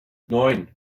neun